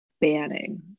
banning